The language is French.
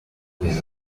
pouvez